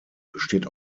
besteht